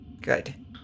Good